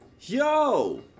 yo